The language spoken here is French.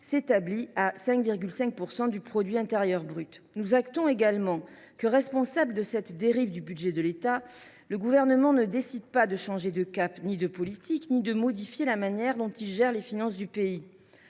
son PIB en 2023. Nous actons également le fait que, responsable de cette dérive du budget de l’État, le Gouvernement ne se décide pas à changer de cap ou de politique ni à modifier la manière dont il gère les finances du pays.